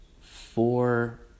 four